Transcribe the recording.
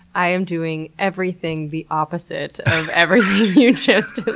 i am doing everything the opposite of everything you just but